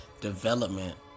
development